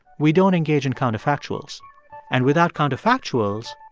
we don't engage in counterfactuals and without counterfactuals,